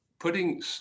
Putting